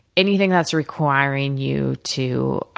anything that's requiring you to